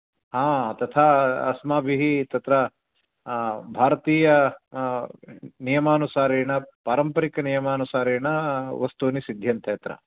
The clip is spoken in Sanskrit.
हा तथा अस्माभिः तत्र भारतीयनियमानुसारेण पारम्परिकनियमानुसारेण वस्तूनि सिद्ध्यन्ते अत्र